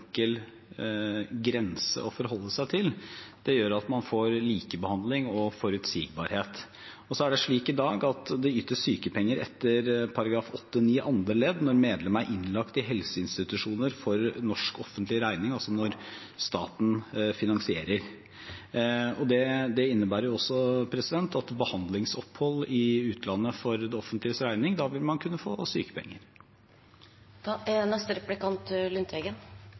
grense å forholde seg til gjør at man får likebehandling og forutsigbarhet. Så er det slik i dag at det ytes sykepenger etter § 8-9 andre ledd når et medlem er innlagt i helseinstitusjon for norsk offentlig regning, altså når staten finansierer. Det innebærer også at ved behandlingsopphold i utlandet for det offentliges regning bør man kunne få